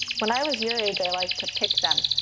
when i was your age i liked to pick them